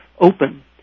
open